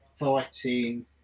fighting